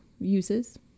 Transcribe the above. uses